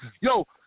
Yo